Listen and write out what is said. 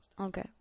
Okay